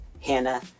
Hannah